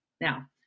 Now